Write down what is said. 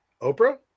Oprah